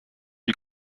die